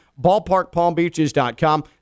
Ballparkpalmbeaches.com